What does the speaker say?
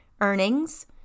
Earnings